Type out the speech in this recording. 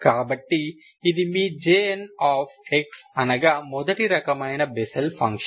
కాబట్టి ఇది మీ Jnఅనగా మొదటి రకమైన బెస్సెల్ ఫంక్షన్